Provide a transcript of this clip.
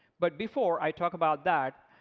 but before i talk about that,